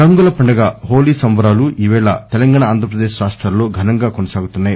రంగుల పండుగ హోలీ సంబరాలు ఈవేళ తెలంగాణ ఆంధ్రప్రదేశ్ రాష్టాల్లో ఘనంగా కొనసాగుతున్నాయి